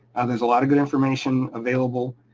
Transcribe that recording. there's a lot of good information available,